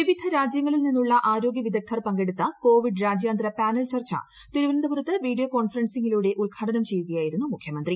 വിവിധ രാജ്യങ്ങളിൽ നിന്നുള്ള ആരോഗ്യവിദഗ്ധർ പങ്കെടുത്ത കോവിഡ് രാജ്യാന്തര പാനൽ ചർച്ച തിരുവനന്തപുരത്ത് വീഡിയോ കോൺഫറൻസിംഗിലൂടെ ഉദ്ഘാടനം ചെയ്യുകയായിരുന്നു മുഖ്യമന്ത്രി